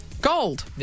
Gold